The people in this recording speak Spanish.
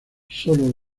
sólo